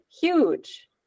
huge